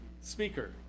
speaker